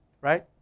Right